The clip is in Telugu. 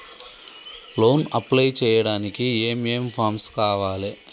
లోన్ అప్లై చేయడానికి ఏం ఏం ఫామ్స్ కావాలే?